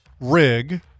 rig